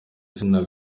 izina